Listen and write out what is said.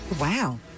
Wow